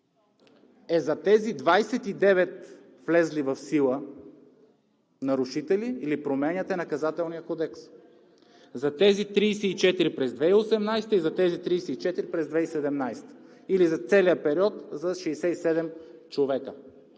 и за тези 29 влезли в сила нарушения променяте Наказателния кодекс? За тези 34 през 2017 г. и за тези 34 през 2018 г. или за целия период –67 човека,